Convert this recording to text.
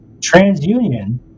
TransUnion